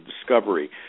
discovery